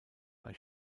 bei